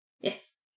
Yes